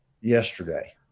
yesterday